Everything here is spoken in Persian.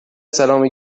سلام